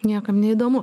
niekam neįdomu